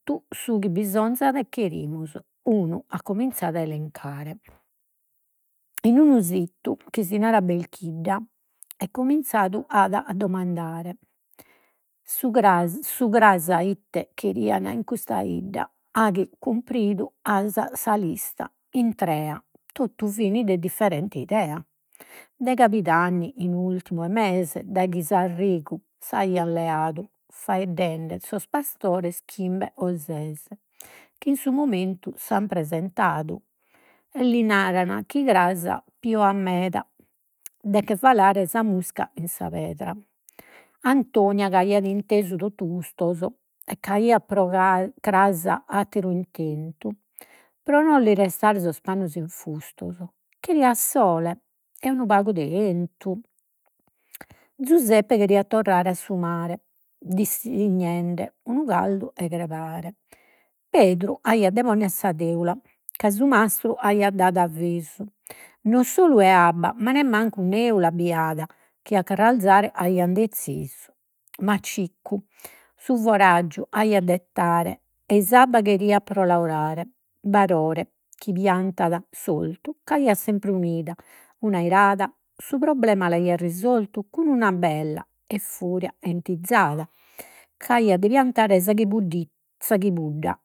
su chi bisonzat e cherimus. Unu at cominzadu a elencare, in unu situ chi si narat Belchidda e cominzadu at a domandare su cras ite cherian in custa 'idda, cumpridu as sa lista intrea, totu fin de differente idea. De cabidanni in ultimu 'e mese daghi s'aian leadu faeddende sos pastores, chimbe o ses, chi in su momentu s'an presentadu, e li naran chi cras pioat meda de che falare sa musca in sa pedra. Antonia c'aiat intesu totu custos, e c'aiat pro cras atteru intentu, pro no li restare sos pannos infustos, cheriat sole e unu pagu de 'entu, Zuseppe cheriat torrare a su mare, unu cardu 'e crebare. Pedru aiat de ponnere sa teula, ca su mastru aiat dadu avvisu, no solu e abba, ma nemmancu chi a carrarzare aian dezisu, ma Ciccu su foraggiu aiat de 'ettare ei s'abba cheriat pro laorare. Barore chi piantat s'oltu, c'aiat sempre unida una irada, su problema l'aiat risoltu cun una bella e furia 'entizzada c'aiat de piantare sa sa chibudda